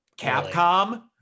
Capcom